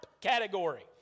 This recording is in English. category